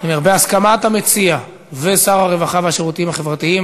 בהסכמת המציע ושר הרווחה והשירותים החברתיים,